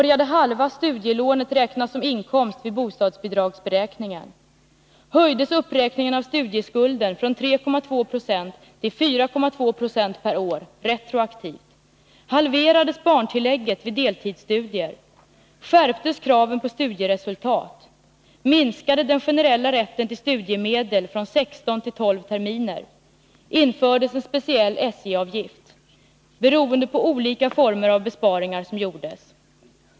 Jag har förundrats över de borgerliga reservationerna. beroende på olika besparingar som gjordes.